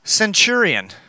centurion